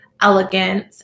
elegant